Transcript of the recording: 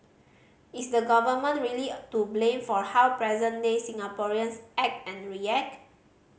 is the Government really to blame for how present day Singaporeans act and react